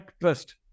Trust